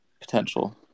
potential